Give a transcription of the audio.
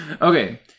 Okay